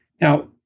Now